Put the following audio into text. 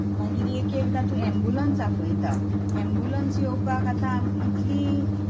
मागीर एक एकदां तूं एम्बुलेंस आफयता एम्बुलेंस येवपाक आतां इतली